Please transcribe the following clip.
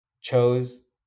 chose